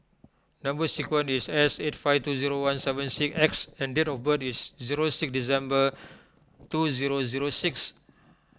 Number Sequence is S eight five two zero one seven six X and date of birth is zero six December two zero zero six